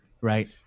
right